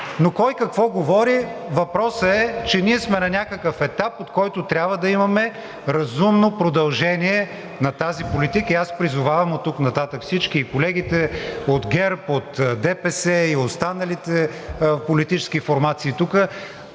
Но кой какво говори, въпросът е, че ние сме на някакъв етап, от който трябва да имаме разумно продължение на тази политика. Аз призовавам оттук нататък всички – и колегите от ГЕРБ, от ДПС и останалите политически формации тук,